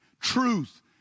truth